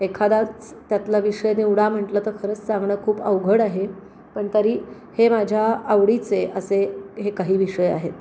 एखादाच त्यातला विषय निवडा म्हटलं तर खरंच सांगणं खूप अवघड आहे पण तरी हे माझ्या आवडीचे असे हे काही विषय आहेत